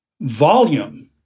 volume